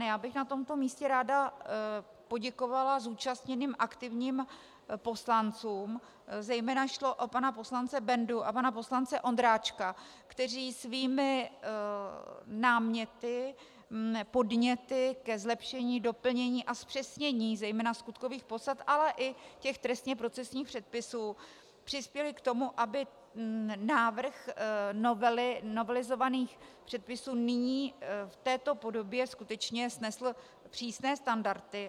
Já bych na tomto místě ráda poděkovala zúčastněným aktivním poslancům, zejména šlo o pana poslance Bendu a pana poslanec Ondráčka, kteří svými náměty, podněty ke zlepšení, doplnění a zpřesnění zejména skutkových podstat, ale i trestněprocesních předpisů přispěli k tomu, aby návrh novely novelizovaných předpisů v této podobě skutečně snesl přísné standardy.